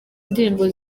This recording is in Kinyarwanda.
ndirimbo